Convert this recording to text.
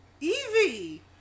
Evie